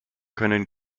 können